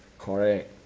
correct